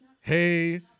hey